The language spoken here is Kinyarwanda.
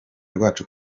rwacu